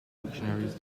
dictionaries